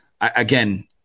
again